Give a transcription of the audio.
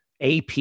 AP